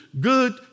Good